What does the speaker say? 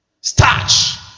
starch